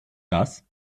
das